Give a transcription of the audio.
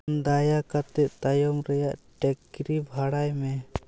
ᱫᱟᱭᱟ ᱠᱟᱛᱮ ᱛᱟᱭᱚᱢ ᱨᱮᱭᱟᱜ ᱵᱷᱟᱲᱟᱭ ᱢᱮ